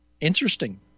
interesting